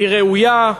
היא ראויה,